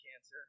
cancer